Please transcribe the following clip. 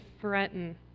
threaten